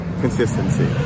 consistency